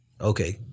okay